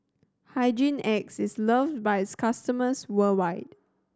Hygin X is loved by its customers worldwide